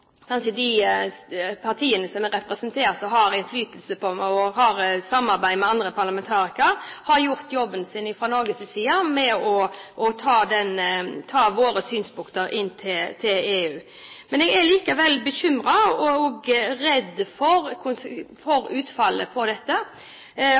har et samarbeid med andre parlamentarikere, har gjort jobben sin fra Norges side med å ta våre synspunkter inn til EU. Men jeg er likevel bekymret og også redd for utfallet av dette og håper at kanskje statsråden i sin oppsummering kan si litt om hva konsekvensene blir for